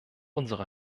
unsere